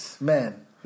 man